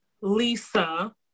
Lisa